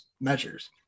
measures